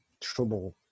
trouble